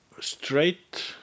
straight